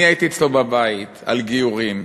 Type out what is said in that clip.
אני הייתי אצלו בבית בעניין גיורים,